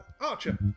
Archer